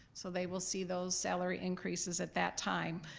so they will see those salary increases at that time.